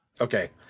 okay